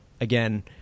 again